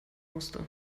musste